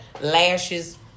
lashes